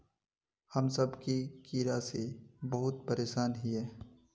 हम सब की कीड़ा से बहुत परेशान हिये?